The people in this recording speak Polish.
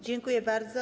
Dziękuję bardzo.